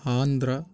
Andhra